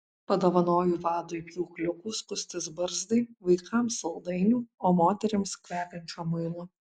padovanoju vadui pjūkliukų skustis barzdai vaikams saldainių o moterims kvepiančio muilo